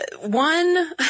one